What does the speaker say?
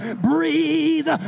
breathe